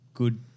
Good